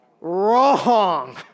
Wrong